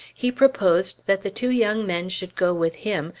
he proposed that the two young men should go with him,